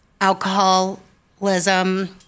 alcoholism